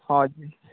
ହଁ